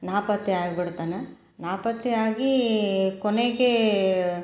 ನಾಪತ್ತೆ ಆಗ್ಬಿಡ್ತಾನೆ ನಾಪತ್ತೆಯಾಗೀ ಕೊನೆಗೆ